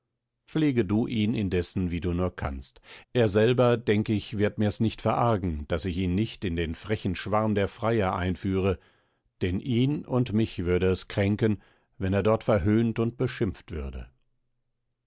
pflege du ihn indessen wie du nur kannst er selber denk ich wird mir's nicht verargen daß ich ihn nicht in den frechen schwarm der freier einführe denn ihn und mich würde es kränken wenn er dort verhöhnt und beschimpft würde